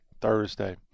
Thursday